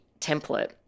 template